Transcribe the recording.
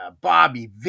bobby